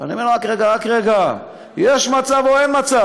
אני אומר לו: רק רגע, רק רגע, יש מצב או אין מצב?